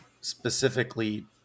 specifically